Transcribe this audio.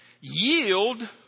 Yield